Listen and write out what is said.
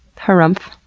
harrumph.